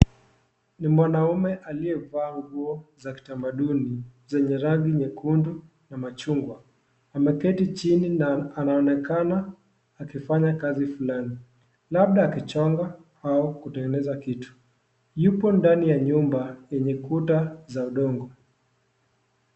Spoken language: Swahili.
Ni mwanaume aliyevaa nguo za kitamaduni zenye rangi nyekundu na machungwa. Ameketi chini na anaonekana akifanya kazi fulani labda akichonga au kutengeneza kitu. Yupo ndani ya nyumba yenye kuta za udongo.